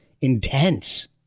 intense